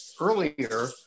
earlier